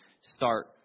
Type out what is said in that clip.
start